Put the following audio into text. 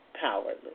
powerless